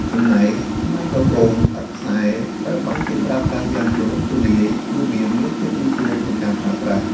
ចំណែក ម៉ៃក្រូហ្វូនឥតខ្សែត្រូវបានគេប្រើប្រាស់យ៉ាងទូលំទូលាយ ព្រោះវាមានភាពងាយស្រួលក្នុងការប្រើប្រាស់។